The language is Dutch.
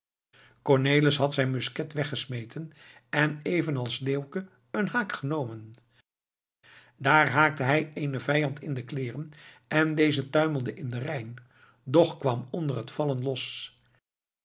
cornelis had zijn musket weggesmeten en even als leeuwke eenen haak genomen daar haakte hij eenen vijand in de kleeren en deze tuimelde in den rijn doch kwam onder het vallen los